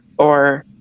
or